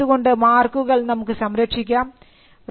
register ചെയ്തുകൊണ്ട് മാർക്കുകൾ നമുക്ക് സംരക്ഷിക്കാം